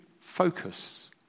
focus